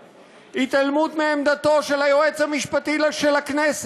התעלמות מהעמדה של היועצת המשפטית של ועדת הכספים,